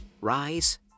Rise